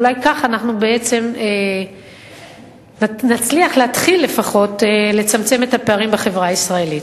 אולי כך אנחנו נצליח להתחיל לפחות לצמצם את הפערים בחברה הישראלית.